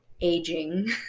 aging